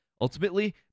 Ultimately